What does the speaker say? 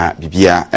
bibia